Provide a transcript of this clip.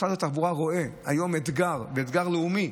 משרד התחבורה רואה היום אתגר לאומי